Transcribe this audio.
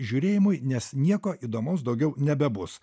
žiūrėjimui nes nieko įdomaus daugiau nebebus